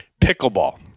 Pickleball